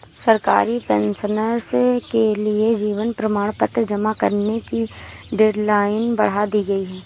सरकारी पेंशनर्स के लिए जीवन प्रमाण पत्र जमा करने की डेडलाइन बढ़ा दी गई है